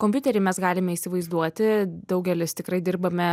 kompiuterį mes galime įsivaizduoti daugelis tikrai dirbame